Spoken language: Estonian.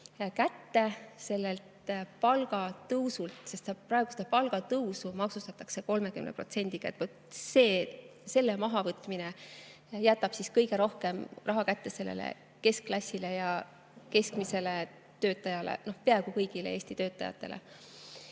kätte palgatõusu puhul, sest praegust palgatõusu maksustatakse 30%‑ga. Selle mahavõtmine jätab kõige rohkem raha kätte keskklassile ja keskmisele töötajale, peaaegu kõigile Eesti töötajatele.